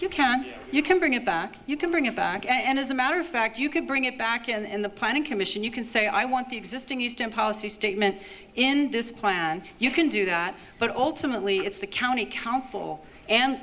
you can you can bring it back you can bring it back and as a matter of fact you can bring it back in the planning commission you can say i want the existing used in policy statement in this plan you can do that but alternately it's the county council and